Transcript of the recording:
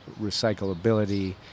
recyclability